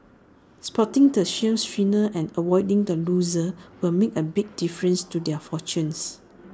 spotting the shale winners and avoiding the losers will make an big difference to their fortunes